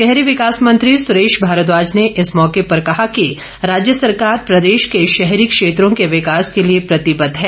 शहरी विकास मंत्री सुरेश भारद्वाज ने इस मौके पर कहा कि राज्य सरकार प्रदेश के शहरी क्षेत्रों के विकास के लिए प्रतिबद्ध है